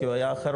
כי הוא היה אחרון.